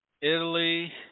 Italy